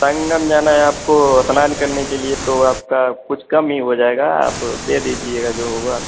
संगम जाना है आपको स्नान करने के लिए तो आपका कुछ कम ही हो जाएगा आप दे दीजिएगा जो होगा